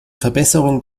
verbesserung